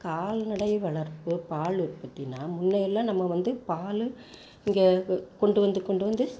கால்நடை வளர்ப்பு பால் உற்பத்தின்னா முன்னேயெல்லாம் நம்ம வந்து பால் இங்கே கொண்டு வந்து கொண்டு வந்து